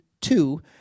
two